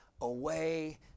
away